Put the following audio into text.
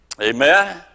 Amen